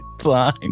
time